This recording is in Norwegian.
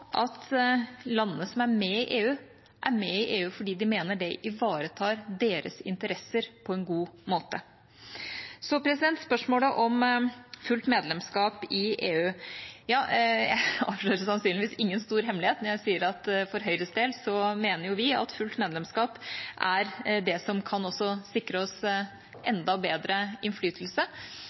at landene som er med i EU, er med i EU fordi de mener at det ivaretar deres interesser på en god måte. Så til spørsmålet om fullt medlemskap i EU. Jeg avslører sannsynligvis ingen stor hemmelighet når jeg sier at for Høyres del mener vi at fullt medlemskap er det som kan sikre oss enda bedre innflytelse.